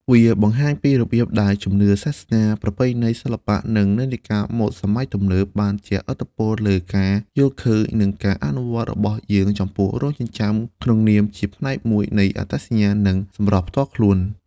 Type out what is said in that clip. វាបង្ហាញពីរបៀបដែលជំនឿសាសនា ប្រពៃណីសិល្បៈ និងនិន្នាការម៉ូដសម័យទំនើប បានជះឥទ្ធិពលលើការយល់ឃើញ និងការអនុវត្តរបស់យើងចំពោះរោមចិញ្ចើមក្នុងនាមជាផ្នែកមួយនៃអត្តសញ្ញាណ និងសម្រស់ផ្ទាល់ខ្លួន។